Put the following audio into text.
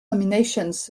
nominations